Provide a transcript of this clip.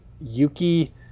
Yuki